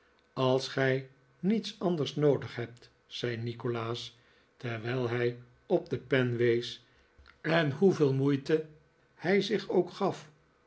als gij niets anders noodig hebt zei nikolaas terwijl hij op de pen wees en hoeveel moeite hij zich ook gaf